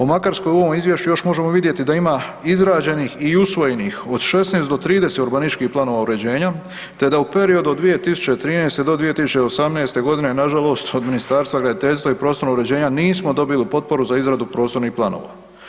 O Makarskoj u ovom izvješću još možemo vidjeti da ima izrađenih i usvojenih od 16 do 30 urbanističkih planova uređenja te da u periodu od 2013. do 2018. godine nažalost od Ministarstva graditeljstva i prostornog uređenja nismo dobili potporu za izradu prostornih planova.